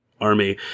army